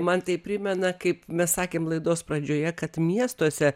man tai primena kaip mes sakėm laidos pradžioje kad miestuose